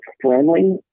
friendly